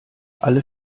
alle